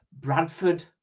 Bradford